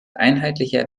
einheitliche